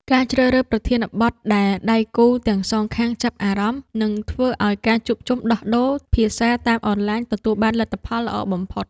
ការជ្រើសរើសប្រធានបទដែលដៃគូទាំងសងខាងចាប់អារម្មណ៍ នឹងធ្វើឱ្យការជួបជុំដោះដូរភាសាតាមអនឡាញទទួលបានលទ្ធផលល្អបំផុត។